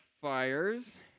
fires